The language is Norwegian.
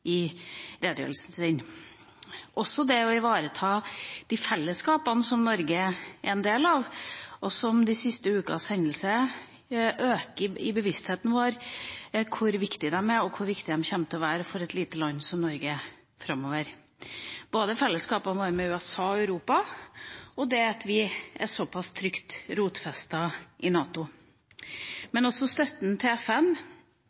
i redegjørelsen sin, og også det å ivareta det fellesskapet som Norge er en del av. De siste ukers hendelser øker bevisstheten vår om hvor viktig dette er, og hvor viktig det kommer til å være framover for et lite land som Norge – både fellesskapet vi har med USA og Europa, og det at vi er såpass trygt rotfestet i NATO, men også støtten til FN